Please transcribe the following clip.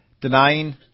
denying